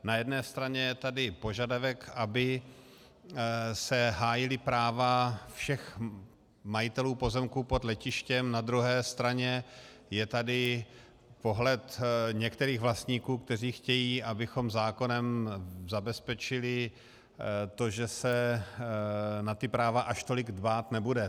Na jedné straně je tady požadavek, aby se hájila práva všech majitelů pozemků pod letištěm, na druhé straně je tady pohled některých vlastníků, kteří chtějí, abychom zákonem zabezpečili to, že se na ta práva až tolik dbát nebude.